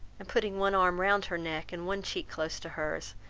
and putting one arm round her neck, and one cheek close to hers,